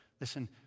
listen